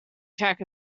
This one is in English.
check